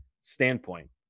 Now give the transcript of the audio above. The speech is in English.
standpoint